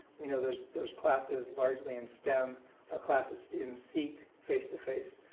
we know those those classes largely in stem are classes students seek face-to-face,